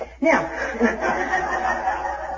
Now